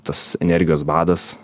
tas energijos badas